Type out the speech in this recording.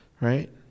right